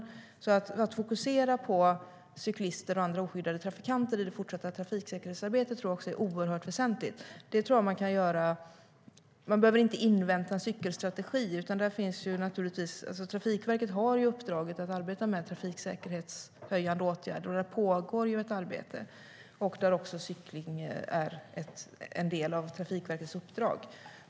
Jag tror att det är oerhört väsentligt att fokusera på cyklister och andra oskyddade trafikanter i det fortsatta trafiksäkerhetsarbetet. Man behöver inte invänta en cykelstrategi. Trafikverket har uppdraget att arbeta med trafiksäkerhetshöjande åtgärder och där pågår ett arbete. Cykling är en del av Trafikverkets uppdrag.